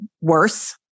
worse